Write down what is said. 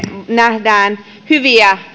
nähdään tällä hetkellä hyviä